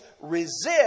resist